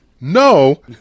No